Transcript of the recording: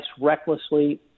recklessly